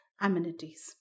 amenities